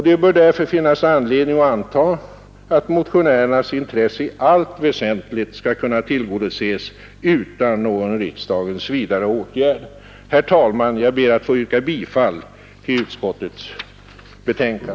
Det bör därför finnas anledning att anta att motionärernas intresse i allt väsentligt skulle kunna tillgodoses utan någon riksdagens vidare åtgärd. Herr talman! Jag ber att få yrka bifall till utskottets hemställan.